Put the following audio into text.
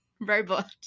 robot